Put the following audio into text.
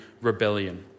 rebellion